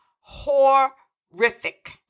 horrific